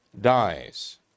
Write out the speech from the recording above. dies